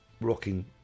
rocking